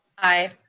aye.